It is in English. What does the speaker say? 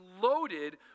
loaded